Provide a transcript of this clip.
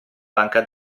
banca